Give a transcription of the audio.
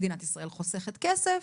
מדינת ישראל חוסכת כסף,